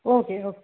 okay okay